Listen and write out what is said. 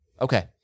Okay